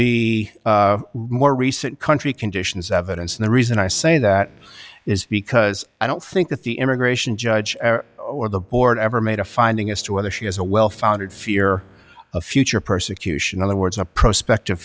be more recent country conditions evidence and the reason i say that is because i don't think that the immigration judge or the board ever made a finding as to whether she has a well founded fear of future persecution other words a prospect of